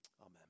Amen